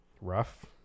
rough